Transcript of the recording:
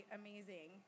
amazing